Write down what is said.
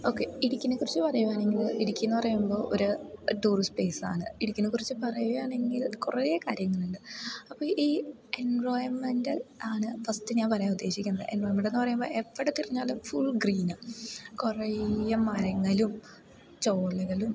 okay ഇടുക്കീനെക്കുറിച്ച് പറയുകയാണെങ്കിൽ ഇടുക്കിയെന്നു പറയുമ്പോൾ ഒരു ടൂറിസ്റ്റ് പ്ലേസ്സാണ് ഇടുക്കീനെക്കുറിച്ച് പറയുകയാണെങ്കിൽ കുറേ കാര്യങ്ങളുണ്ട് അപ്പം ഈ എൻവയൺമെൻറ്റൽ ആണ് ഫസ്റ്റ് ഞാൻ പറയാം ഉദ്ദേശിക്കുന്നത് എൻവയൺമെൻറ്റെന്നു പറയുമ്പോൾ എവിടെ തിരിഞ്ഞാലും ഫുൾ ഗ്രീൻ കുറേയെ മരങ്ങളും ചോലകളും